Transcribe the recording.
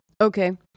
Okay